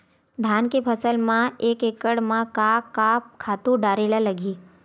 धान के फसल म एक एकड़ म का का खातु डारेल लगही?